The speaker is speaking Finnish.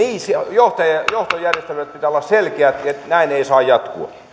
johtojärjestelyjen pitää olla selkeät näin ei saa jatkua